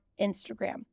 Instagram